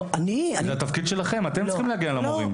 זה התפקיד שלכם, אתם צריכים להגיע למורים.